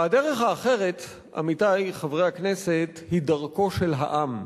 והדרך האחרת, עמיתי חברי הכנסת, היא דרכו של העם.